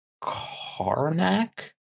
Karnak